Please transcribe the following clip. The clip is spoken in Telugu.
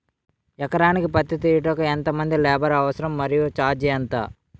ఎకరానికి పత్తి తీయుటకు ఎంత మంది లేబర్ అవసరం? మరియు ఛార్జ్ ఎంత?